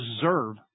deserve